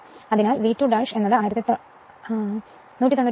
അതിനാൽ വി 2 192